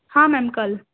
ہاں میم کل